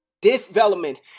Development